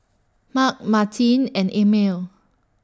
Mark Martine and Emil